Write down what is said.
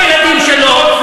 שונאים את הילדים שלו,